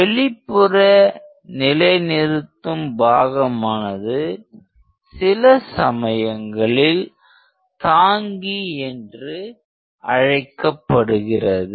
வெளிப்புற நிலைநிறுத்தும் பாகமானது சில சமயங்களில் தாங்கி என்று அழைக்கப்படுகிறது